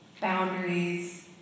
boundaries